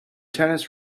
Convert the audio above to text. tennis